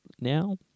now